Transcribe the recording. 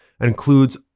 includes